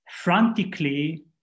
frantically